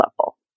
level